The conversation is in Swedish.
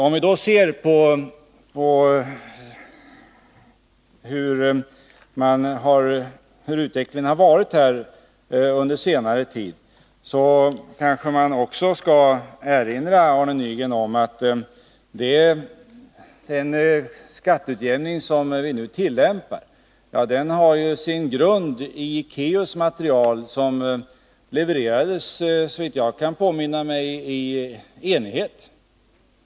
Om man då ser på utvecklingen under senare tid, så kanske man också bör erinra sig, Arne Nygren, att den skatteutjämning som vi nu tillämpar har sin grund i KEU:s material som levererades, såvitt jag kan påminna mig, i enighet.